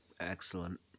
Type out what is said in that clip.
Excellent